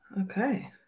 Okay